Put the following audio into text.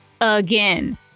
again